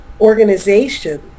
organization